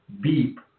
beep